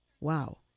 Wow